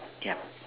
yup